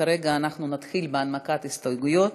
וכרגע אנחנו נתחיל בהנמקת ההסתייגויות.